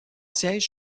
siège